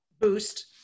boost